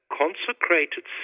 consecrated